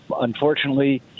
Unfortunately